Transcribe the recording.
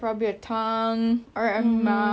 oh you're talking like a part